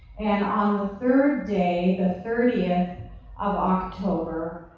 and on the third day, the thirtieth of october,